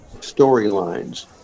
storylines